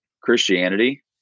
Christianity